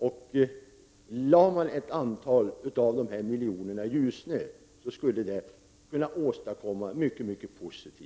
Om en del av dessa pengar investerades i Ljusne skulle mycket positivt kunna åstadkommas.